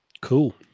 Cool